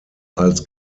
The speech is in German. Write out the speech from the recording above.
als